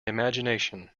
imagination